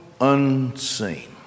unseen